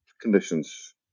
conditions